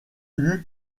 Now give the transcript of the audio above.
eût